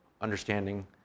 understanding